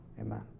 amen